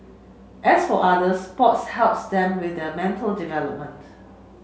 as for others sports helps them with their mental development